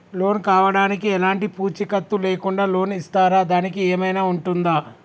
Loan కావడానికి ఎలాంటి పూచీకత్తు లేకుండా లోన్ ఇస్తారా దానికి ఏమైనా ఉంటుందా?